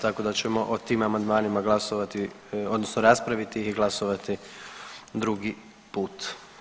Tako da ćemo o tim amandmanima glasovati odnosno raspraviti i glasovati drugi put.